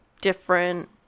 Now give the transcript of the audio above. different